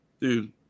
dude